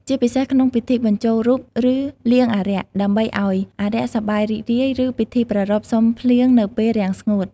ជាពិសេសក្នុងពិធីបញ្ចូលរូបឬលៀងអារក្ស ដើម្បីឲ្យអារក្សសប្បាយរីករាយ ឬពិធីប្រារព្ធសុំភ្លៀងនៅពេលរាំងស្ងួត។